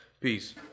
Peace